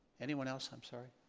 anyone else, i'm sorry?